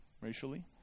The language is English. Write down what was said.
racially